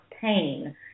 pain